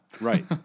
Right